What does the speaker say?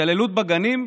התעללות בגנים?